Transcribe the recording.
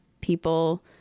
people